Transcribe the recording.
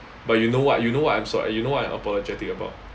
but you know what you know what I'm so I you know what I apologetic about